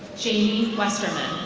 jane westerman.